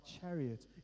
chariot